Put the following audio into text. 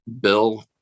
Bill